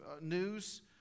news